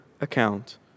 account